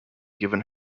given